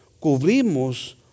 Cubrimos